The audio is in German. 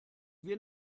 wir